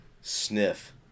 sniff